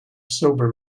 sober